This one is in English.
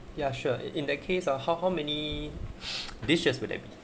ya sure in the case ah how how many dishes will there be